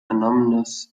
anonymous